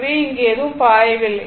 எனவே இங்கு எதுவும் பாயவில்லை